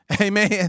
Amen